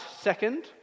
second